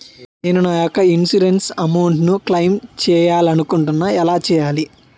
నేను నా యెక్క ఇన్సురెన్స్ అమౌంట్ ను క్లైమ్ చేయాలనుకుంటున్నా ఎలా చేయాలి?